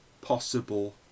possible